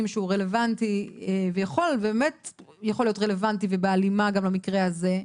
שהוא רלוונטי ובאמת יכול להיות רלוונטי ובהלימה גם למקרה הזה,